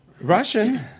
Russian